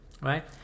right